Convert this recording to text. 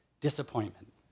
Disappointment